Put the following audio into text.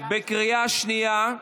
בקריאה שנייה,